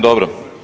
Dobro.